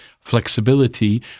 flexibility